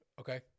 okay